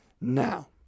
Now